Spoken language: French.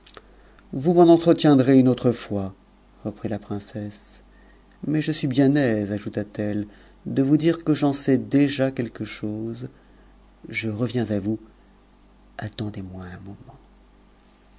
vous m'en entretiendrez une autre fois reprit la princesse u je suis bien aise ajouta-t-elle de vous dire que j'en sais déjà quet j chose je reviens à vous attendez-moi un moment